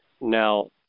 Now